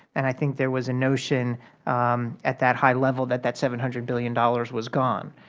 and i think there was a notion at that high level that that seven hundred billion dollars was gone.